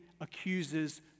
accuses